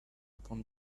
upon